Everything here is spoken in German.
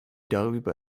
darüber